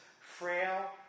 Frail